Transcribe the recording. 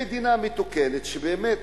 במדינה מתוקנת, שבאמת